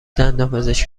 دندانپزشک